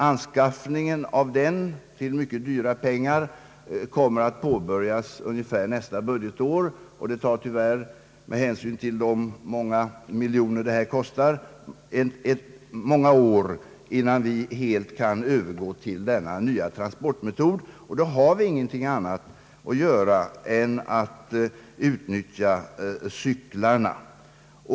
Anskaffningen av den, till mycket höga kostnader, kommer att påbörjas troligen nästa budgetår, och det tar tyvärr — med hänsyn till de många miljoner detta kostar — många år innan vi helt kan övergå till den nya transportmetoden. Därför har vi ingenting annat att göra än att utnyttja cyklarna.